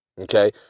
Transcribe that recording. okay